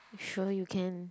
sure you can